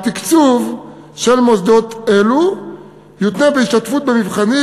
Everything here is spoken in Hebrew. התקצוב של מוסדות אלו יותנה בהשתתפות במבחנים